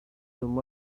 them